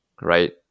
right